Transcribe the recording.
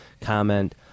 comment